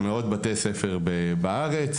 מאות בתי ספר בארץ,